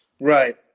Right